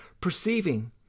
perceiving